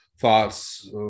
thoughts